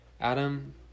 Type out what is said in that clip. Adam